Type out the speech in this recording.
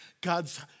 God's